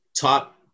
top